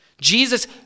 Jesus